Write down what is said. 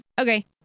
okay